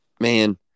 Man